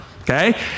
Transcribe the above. okay